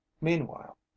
meanwhile